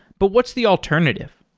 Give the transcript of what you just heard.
but what's the alternative?